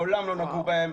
מעולם לא נגעו בהם,